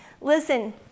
Listen